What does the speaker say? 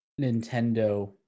Nintendo